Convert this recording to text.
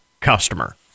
customer